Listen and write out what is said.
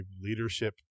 leadership